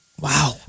Wow